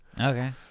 Okay